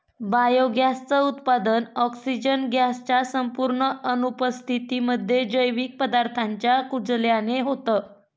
biogas च उत्पादन, oxygen gas च्या संपूर्ण अनुपस्थितीमध्ये, जैविक पदार्थांच्या कुजल्याने होतं